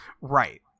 Right